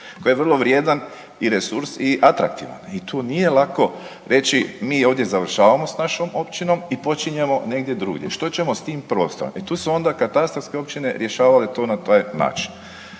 koji je vrlo vrijedan i resurs i atraktivan i tu nije lako reći mi ovdje završavamo s našom općinom i počinjemo negdje drugdje. Što ćemo s tim prostorom? E tu su onda katastarske općine rješavale to, na taj način.